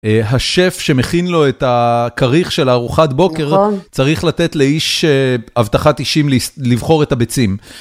השף שמכין לו את הכריך של הארוחת בוקר, צריך לתת לאיש אבטחת אישים לבחור את הביצים.